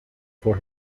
for